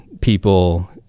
people